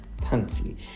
Thankfully